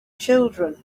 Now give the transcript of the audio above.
children